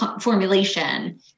formulation